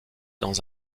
dans